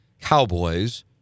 Cowboys